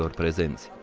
presents